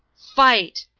fight!